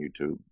youtube